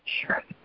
Sure